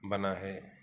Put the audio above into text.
बना है